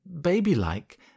baby-like